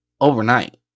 Overnight